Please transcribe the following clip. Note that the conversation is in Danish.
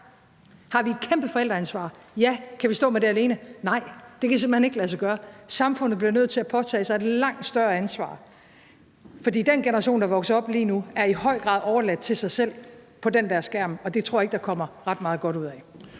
Har vi et kæmpe forældreansvar? Ja. Kan vi stå med det alene? Nej, det kan simpelt hen ikke lade sig gøre. Samfundet bliver nødt til at påtage sig et langt større ansvar, for den generation, der vokser op lige nu, er i høj grad overladt til sig selv i forhold til den der skærm, og det tror jeg ikke der kommer ret meget godt ud af.